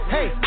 Hey